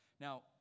Now